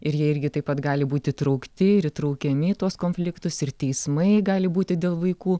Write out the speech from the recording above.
ir jie irgi taip pat gali būti įtraukti ir įtraukiami į tuos konfliktus ir teismai gali būti dėl vaikų